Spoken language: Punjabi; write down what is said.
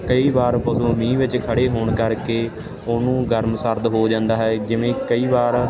ਕਈ ਵਾਰ ਪਸ਼ੂ ਮੀਂਹ ਵਿੱਚ ਖੜ੍ਹੇ ਹੋਣ ਕਰਕੇ ਉਹਨੂੰ ਗਰਮ ਸਰਦ ਹੋ ਜਾਂਦਾ ਹੈ ਜਿਵੇਂ ਕਈ ਵਾਰ